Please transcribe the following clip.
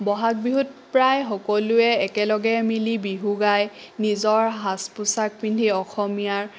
বহাগ বিহুত প্ৰায় সকলোৱে একেলগে মিলি বিহু গায় নিজৰ সাজ পোছাক পিন্ধি অসমীয়াৰ